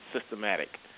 systematic